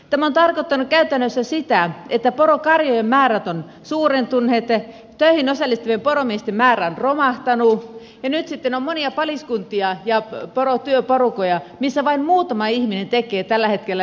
tämä on tarkoittanut käytännössä sitä että porokarjojen määrät ovat suurentuneet töihin osallistuvien poromiesten määrä on romahtanut ja nyt sitten on monia paliskuntia ja porotyöporukoita missä vain muutama ihminen tekee tällä hetkellä ne työt